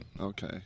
Okay